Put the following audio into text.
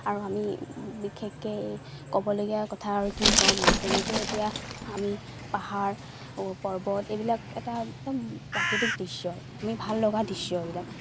আৰু আমি বিশেষকৈ ক'বলগীয়া কথা আৰু কি ক'ম যেনেকৈ এতিয়া আমি পাহাৰ পৰ্বত এইবিলাক এটা একদম প্ৰাকৃতিক দৃশ্য আমি ভাল লগা দৃশ্য এইবিলাক